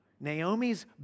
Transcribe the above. Naomi's